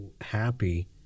happy